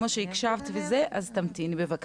כמו שהקשבת עד עכשיו, אז תמתיני בבקשה.